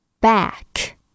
back